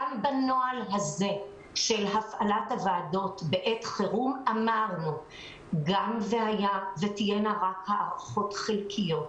בנוהל של הפעלת הוועדות בעת חירום אמרנו שגם אם יהיו הערכות חלקיות,